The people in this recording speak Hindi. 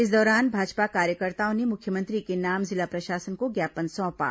इस दौरान भाजपा कार्यकर्ताओं ने मुख्यमंत्री के नाम जिला प्रशासन को ज्ञापन सौंपा